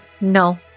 No